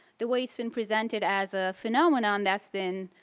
the way it's been presented as a phenomenon that's been